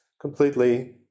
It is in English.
completely